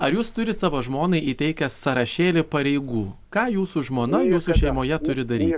ar jūs turit savo žmonai įteikęs sąrašėlį pareigų ką jūsų žmona jūsų šeimoje turi daryt